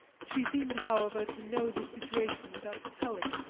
she seemed, however, to know the situation without telling,